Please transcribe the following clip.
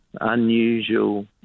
unusual